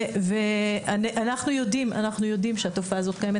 אנחנו יודעים שהתופעה הזאת קיימת.